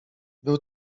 był